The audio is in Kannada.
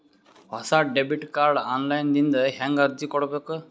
ಹೊಸ ಡೆಬಿಟ ಕಾರ್ಡ್ ಆನ್ ಲೈನ್ ದಿಂದ ಹೇಂಗ ಅರ್ಜಿ ಕೊಡಬೇಕು?